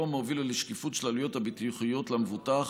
הרפורמה הובילה לשקיפות של העלויות הרפואיות למבוטח,